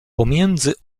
pomiędzy